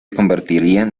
convertirían